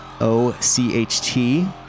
O-C-H-T